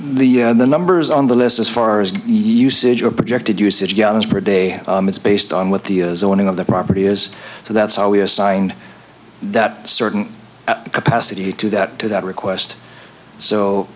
t the numbers on the list as far as usage are projected usage gallons per day is based on what the zoning of the property is so that's how we assigned that certain capacity to that to that request so